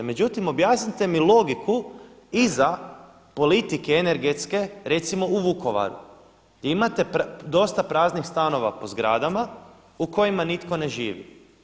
Međutim objasnite mi logiku iza politike energetske recimo u Vukovaru, gdje imate dosta praznih stanova po zgradama u kojima nitko ne živi.